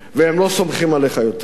והם לא סומכים עליך יותר.